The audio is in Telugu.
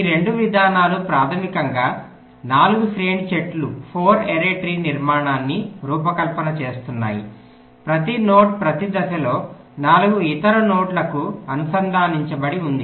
ఈ రెండు విధానాలు ప్రాథమికంగా 4 శ్రేణి చెట్టు నిర్మాణాన్ని రూపకల్పన చేస్తున్నాయి ప్రతి నోడ్ ప్రతి దశలో 4 ఇతర నోడ్లకు అనుసంధానించబడి ఉంది